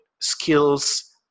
skills